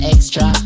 Extra